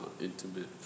intimate